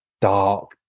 dark